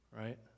right